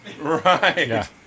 Right